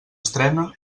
estrena